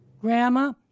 Grandma